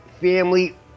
family